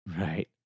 Right